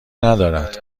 ندارد